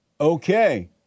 Okay